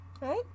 Right